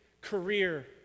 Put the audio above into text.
career